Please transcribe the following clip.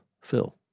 Phil